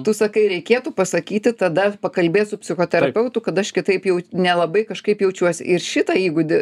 tu sakai reikėtų pasakyti tada pakalbėt su psichoterapeutu kad aš kitaip jau nelabai kažkaip jaučiuosi ir šitą įgūdį